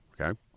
okay